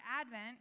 Advent